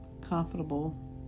comfortable